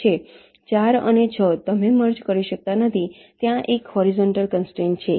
4 અને 6 તમે મર્જ કરી શકતા નથી ત્યાં એક હોરીઝોન્ટલ કન્સ્ટ્રેંટ છે